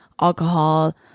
alcohol